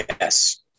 Yes